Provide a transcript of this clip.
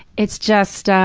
it's just.